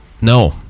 No